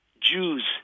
Jews